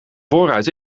voorruit